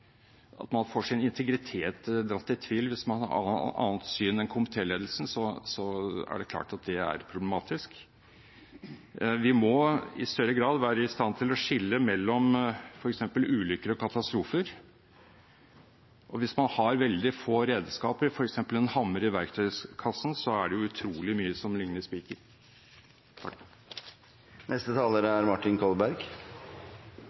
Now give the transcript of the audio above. at man får sin integritet dratt i tvil hvis man har et annet syn enn komitéledelsen, er det klart at det er problematisk. Vi må i større grad være i stand til å skille mellom f.eks. ulykker og katastrofer. Hvis man har veldig få redskaper i verktøykassen, f.eks. en hammer, er det utrolig mye som likner spiker.